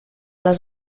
les